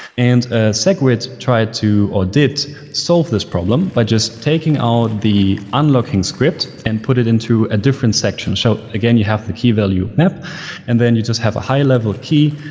and ah segwit tried to or did solve this problem by just taking out the unlocking script and put it into a different section. so again, you have to key value map and then you just have a high level key,